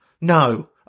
No